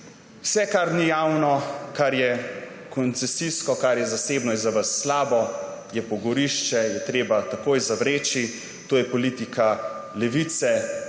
Vse, kar ni javno, kar je koncesijsko, kar je zasebno, je za vas slabo, je pogorišče, je treba takoj zavreči. To je politika Levice,